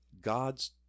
God's